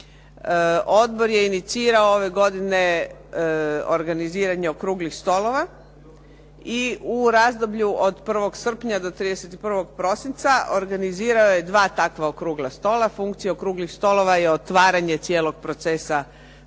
odbor je inicirao ove godine organiziranje okruglih stolova i u razdoblju od 1. srpnja do 31. prosinca organizirao je dva takva okrugla stola. Funkcija okruglih stolova je otvaranje cijelog procesa